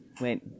Wait